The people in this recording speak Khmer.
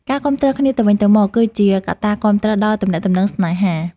ការគាំទ្រគ្នាទៅវិញទៅមកគឺជាកត្តាគាំទ្រដល់ទំនាក់ទំនងស្នេហា។